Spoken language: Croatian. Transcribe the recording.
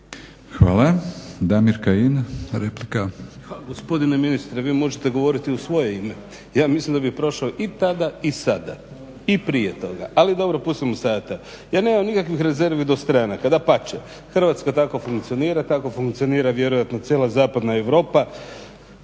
**Kajin, Damir (Nezavisni)** A gospodine ministre, vi možete govoriti u svoje ime. Ja mislim da bih prošao i tada i sada i prije toga. Ali dobro, pustimo sada to. Ja nemam nikakvih rezervi do stranaka, dapače. Hrvatska tako funkcionira, tako funkcionira vjerojatno cijela zapadna Europa,